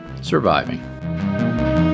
surviving